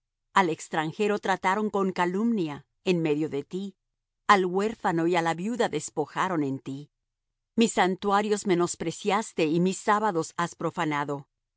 al extranjero trataron con calumnia en medio de ti al huérfano y á la viuda despojaron en ti mis santuarios menospreciaste y mis sábados has profanado